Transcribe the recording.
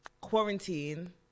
quarantine